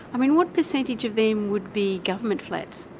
um and what percentage of them would be government flats?